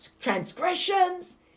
transgressions